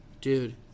Dude